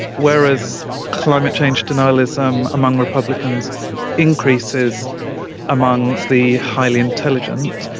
whereas climate change denialism among republicans increases among the highly intelligent,